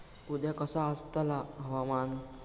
उद्या कसा आसतला हवामान?